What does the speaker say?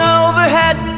overhead